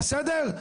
בסדר?